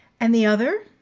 and the other?